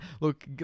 Look